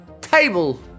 Table